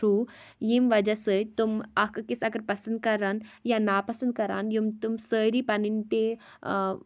through ییٚمہِ وجہ سۭتۍ تِم اکھ أکِس اگر پسنٛد کرن یا نا پسنٛد کران یِم تِم سٲری پنٕنۍ تہِ